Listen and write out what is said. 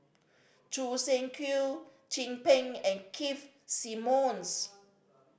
Choo Seng Quee Chin Peng and Keith Simmons